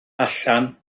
allan